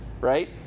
right